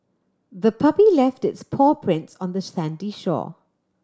the puppy left its paw prints on the sandy shore